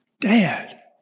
Dad